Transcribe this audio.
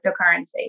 cryptocurrency